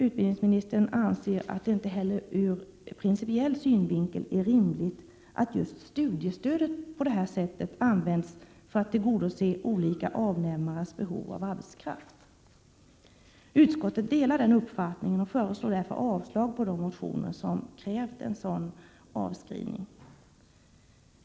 Utbildningsministern anser att det inte heller ur principiell synvinkel är rimligt att just studiestödet på detta sätt används för att tillgodose olika avnämares behov av arbetskraft. Utskottet delar den uppfattningen och föreslår därför avslag på de motioner där man krävt en sådan avskrivning.